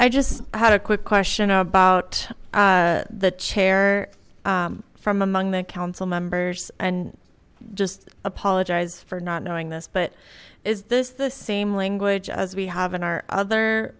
i just had a quick question about the chair from among the council members and just apologize for not knowing this but is this the same language as we have in our other